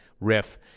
riff